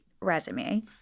resume